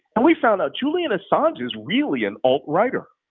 and we found out julian assange is really an alt-righter.